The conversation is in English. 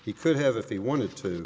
he could have if he wanted to